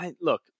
look